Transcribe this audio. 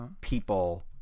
people